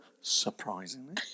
surprisingly